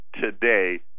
today